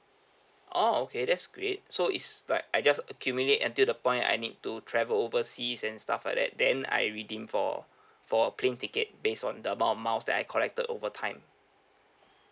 orh okay that's great so is like I just accumulate until the point I need to travel overseas and stuff like that then I redeem for for a plane ticket base on the amount of miles that I collected over time